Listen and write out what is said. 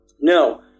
No